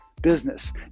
business